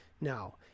Now